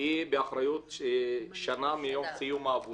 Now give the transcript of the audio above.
היא באחריות של שנה מיום סיום העבודה,